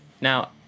now